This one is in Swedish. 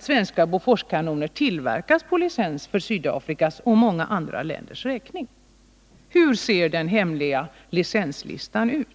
svenska Boforskanoner tillverkas på licens för Sydafrikas och många andra länders räkning? Hur ser den hemliga licenslistan ut?